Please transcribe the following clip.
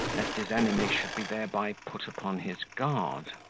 lest his enemy should be thereby put upon his guard.